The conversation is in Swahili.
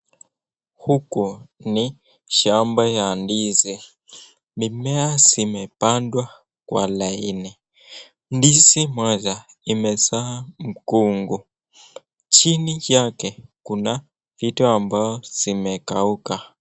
Huku ni shamba ya ndizi. Mimea zimepandwa kwa laini. Ndizi moja imesaa mkungu. Chini yake kuna vitu ambayo zimekauka.